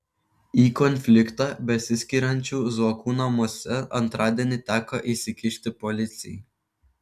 į konfliktą besiskiriančių zuokų namuose antradienį teko įsikišti policijai